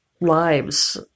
lives